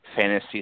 fantasy